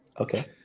okay